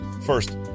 First